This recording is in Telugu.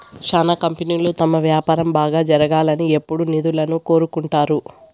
శ్యానా కంపెనీలు తమ వ్యాపారం బాగా జరగాలని ఎప్పుడూ నిధులను కోరుకుంటారు